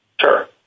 Sure